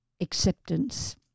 acceptance